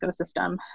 ecosystem